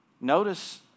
Notice